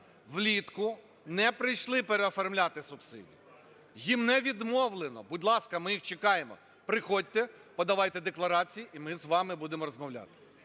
влітку не прийшли переоформляти субсидії, їм не відмовлено, будь ласка, ми їх чекаємо. Приходьте, подавайте, декларації - і ми з вами будемо розмовляти.